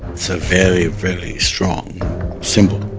so very very strong symbol